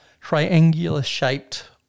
triangular-shaped